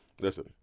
listen